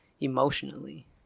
emotionally